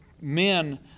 men